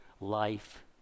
life